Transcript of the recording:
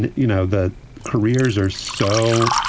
you know, the careers are so,